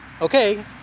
okay